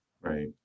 Right